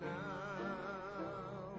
now